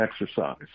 exercise